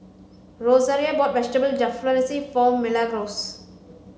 Rosaria bought Vegetable Jalfrezi for Milagros